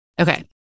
Okay